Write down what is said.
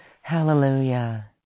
Hallelujah